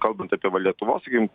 kalbant apie va lietuvos sakykim